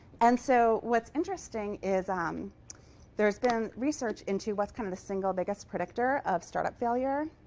and so what's interesting is um there's been research into what's kind of the single biggest predictor of startup failure.